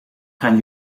gaan